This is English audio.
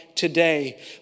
today